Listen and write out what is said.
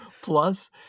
Plus